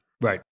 Right